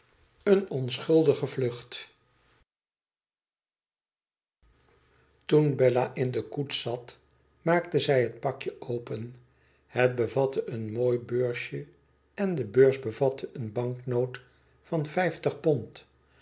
toen bella in de koets zat maakte zij het pakje open het bevatte een mooi beursje en de beurs bevatte eene banknoot van vijftig pond